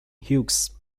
hughes